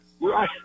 right